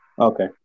Okay